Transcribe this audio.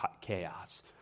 chaos